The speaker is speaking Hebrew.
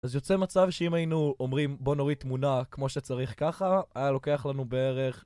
אז יוצא מצב שאם היינו אומרים: בוא נוריד תמונה כמו שצריך ככה, היה לוקח לנו בערך